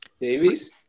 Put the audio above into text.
Davies